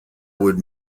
would